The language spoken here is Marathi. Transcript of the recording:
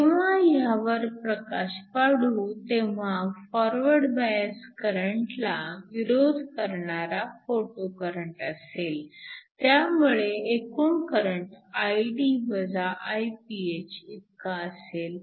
जेव्हा ह्यावर प्रकाश पाडू तेव्हा फॉरवर्ड बायस करंटला विरोध करणारा फोटो करंट असेल त्यामुळे एकूण करंट Id - Iph इतका असेल